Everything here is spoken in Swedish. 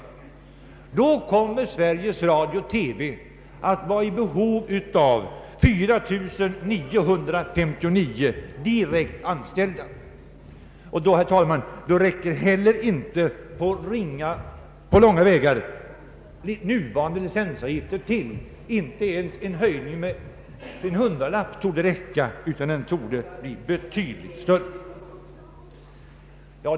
Då räcker inte nuvarande licensavgifter till på långa vägar. Inte ens en höjning med 100 kronor torde räcka, utan höjningen blir betydligt större.